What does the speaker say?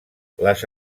les